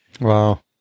Wow